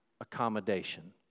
accommodation